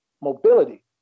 mobility